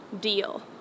deal